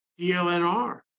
DLNR